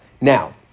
Now